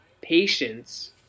patience